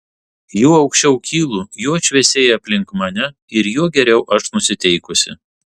juo aukščiau kylu juo šviesėja aplinkui mane ir juo geriau aš nusiteikusi